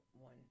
one